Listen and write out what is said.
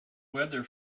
weather